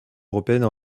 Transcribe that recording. européennes